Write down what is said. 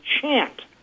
chant